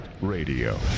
radio